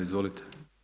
Izvolite.